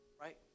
right